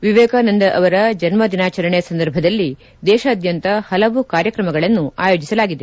ವಿವೇಕಾನಂದ ಅವರ ಜನ್ನ ದಿನಾಚರಣೆ ಸಂದರ್ಭದಲ್ಲಿ ದೇಶಾದ್ಯಂತ ಪಲವು ಕಾರ್ಯಕ್ರಮಗಳನ್ನು ಆಯೋಜಿಸಲಾಗಿದೆ